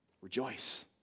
rejoice